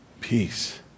peace